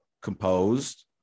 Composed